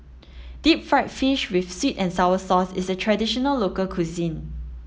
deep fried fish with sweet and sour sauce is a traditional local cuisine